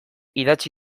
idatzi